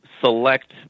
select